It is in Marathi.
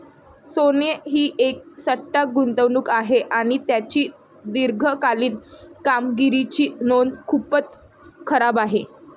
सोने ही एक सट्टा गुंतवणूक आहे आणि त्याची दीर्घकालीन कामगिरीची नोंद खूपच खराब आहे